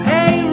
Hey